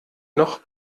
noch